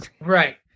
Right